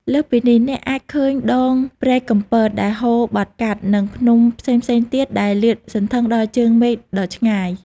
លើសពីនេះ អ្នកអាចឃើញដងព្រែកកំពតដែលហូរបត់បែន និងភ្នំផ្សេងៗទៀតដែលលាតសន្ធឹងដល់ជើងមេឃដ៏ឆ្ងាយ។